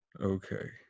Okay